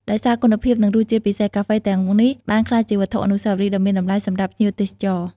ដោយសារគុណភាព និងរសជាតិពិសេស កាហ្វេទាំងនេះបានក្លាយជាវត្ថុអនុស្សាវរីយ៍ដ៏មានតម្លៃសម្រាប់ភ្ញៀវទេសចរ។